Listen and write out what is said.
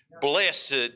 blessed